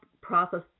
process